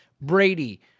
Brady